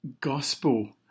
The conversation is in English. gospel